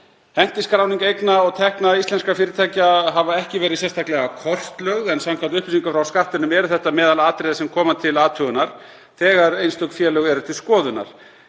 Hentiskráning eigna og tekna íslenskra fyrirtækja hefur ekki verið kortlögð sérstaklega, en samkvæmt upplýsingum frá Skattinum er þetta meðal þeirra atriða sem koma til athugunar þegar einstök félög eru til skoðunar.